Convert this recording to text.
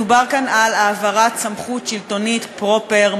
מדובר כאן על העברת סמכות שלטונית פרופר,